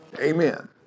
Amen